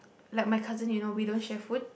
like my cousin you know we don't share food